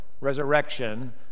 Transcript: resurrection